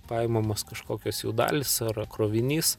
paimamos kažkokios jų dalys ar krovinys